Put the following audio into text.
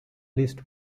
least